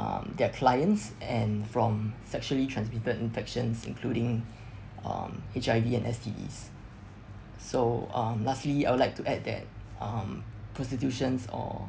um their clients and from sexually transmitted infections including um H_I_V and S_T_Ds so um lastly I would like to add that um prostitutions or